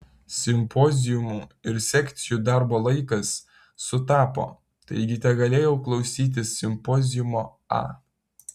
simpoziumų ir sekcijų darbo laikas sutapo taigi tegalėjau klausytis simpoziumo a